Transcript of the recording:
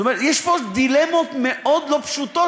זאת אומרת יש פה דילמות מאוד לא פשוטות,